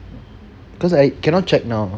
because I cannot check now